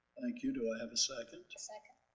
thank you. do i have a second? second.